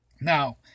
Now